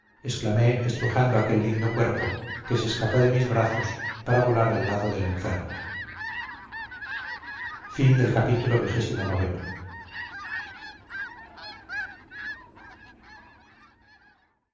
exclamé estrujando aquel lindo cuerpo que se escapó de mis brazos para volar al lado del enfermo